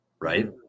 right